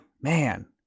man